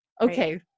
Okay